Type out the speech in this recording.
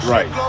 Right